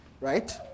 right